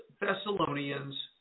Thessalonians